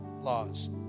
laws